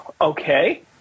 Okay